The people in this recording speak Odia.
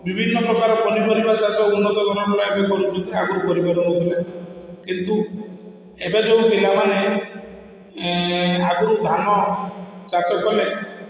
ବିଭିନ୍ନ ପ୍ରକାର ପନିପରିବା ଚାଷ ଉନ୍ନତ ଧରଣର ଆଗରୁ କରୁଛନ୍ତି ଆଗରୁ କରି ପାରୁନଥିଲେ କିନ୍ତୁ ଏବେ ଯୋଉ ପିଲାମାନେ ଆଗୁରୁ ଧାନ ଚାଷ କଲେ